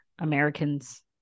Americans